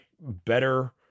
better